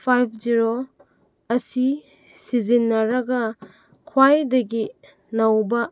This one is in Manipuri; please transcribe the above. ꯐꯥꯏꯚ ꯖꯦꯔꯣ ꯑꯁꯤ ꯁꯤꯖꯤꯟꯅꯔꯒ ꯈ꯭ꯋꯥꯏꯗꯒꯤ ꯅꯧꯕ